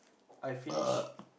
I finish